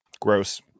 gross